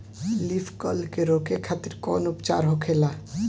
Leaf curl के रोके खातिर कउन उपचार होखेला?